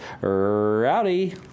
Rowdy